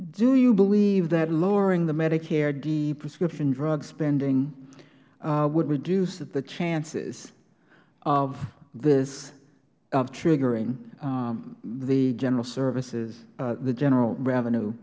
do you believe that lowering the medicare d prescription drug spending would reduce the chances of this of triggering the general services the general revenue